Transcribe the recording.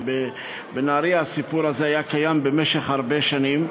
ובנהריה הסיפור הזה היה קיים במשך הרבה שנים,